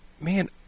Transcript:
man